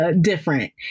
different